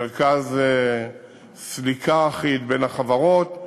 מרכז סליקה אחיד בין החברות,